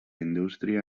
indústria